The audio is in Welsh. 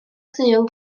sul